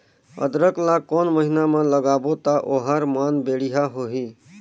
अदरक ला कोन महीना मा लगाबो ता ओहार मान बेडिया होही?